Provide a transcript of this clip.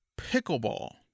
Pickleball